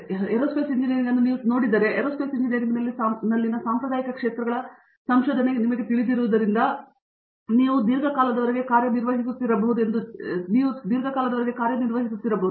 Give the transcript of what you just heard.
ಹಾಗಾಗಿ aerospace engineering ಅನ್ನು ನೀವು ಸಾಮಾನ್ಯವಾಗಿ ನೋಡಿದರೆ ಏರೋಸ್ಪೇಸ್ ಇಂಜಿನಿಯರಿಂಗ್ನಲ್ಲಿನ ಸಾಂಪ್ರದಾಯಿಕ ಕ್ಷೇತ್ರಗಳ ಸಂಶೋಧನೆ ನಿಮಗೆ ತಿಳಿದಿರುವುದರಿಂದ ನೀವು ಜನರು ದೀರ್ಘಕಾಲದವರೆಗೆ ಕಾರ್ಯನಿರ್ವಹಿಸುತ್ತಿರಬಹುದು ಎಂದು ನಿಮಗೆ ತಿಳಿದಿರಬಹುದು